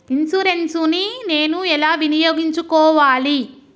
Insurance ని నేను ఎలా వినియోగించుకోవాలి?